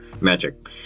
magic